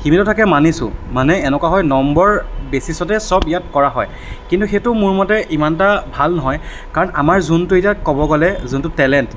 সীমিত থাকে মানিছোঁ মানে এনেকুৱা হয় নম্বৰ বেচিছতে চব ইয়াত কৰা হয় কিন্তু সেইটো মোৰ মতে ইমান এটা ভাল নহয় কাৰণ আমাৰ যোনটো এতিয়া ক'ব গ'লে যোনটো টেলেণ্ট